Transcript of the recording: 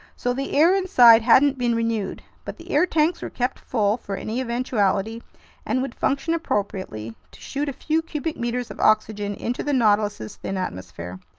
so the air inside hadn't been renewed but the air tanks were kept full for any eventuality and would function appropriately to shoot a few cubic meters of oxygen into the nautilus's thin atmosphere.